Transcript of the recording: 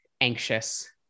anxious